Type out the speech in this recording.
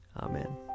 Amen